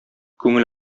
күңел